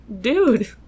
dude